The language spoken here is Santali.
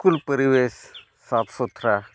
ᱯᱚᱨᱤᱵᱮᱥ ᱥᱟᱯᱷᱼᱥᱩᱛᱨᱚ